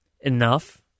enough